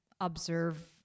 observe